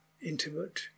intimate